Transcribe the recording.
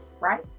right